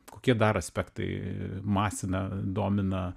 kokie dar aspektai masina domina